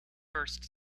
first